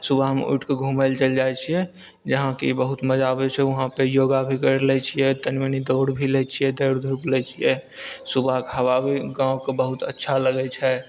सुबहमे उठि कऽ घूमै लऽ चलि जाइत छियै जहाँ कि बहुत मजा आबैत छै वहाँ पे योगा भी करि लै छियै तनी मनी दौड़ भी लै छियै दौड़ धूप लै छियै सुबह कऽ हबा भी गाँवके बहुत अच्छा लगैत छै